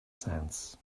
sands